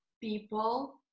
people